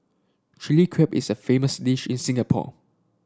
Chilli Crab is a famous dish in Singapore